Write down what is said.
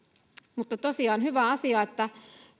mutta tosiaan hyvä asia että